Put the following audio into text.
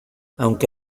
aunque